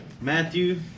Matthew